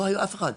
לא היה אף אחד.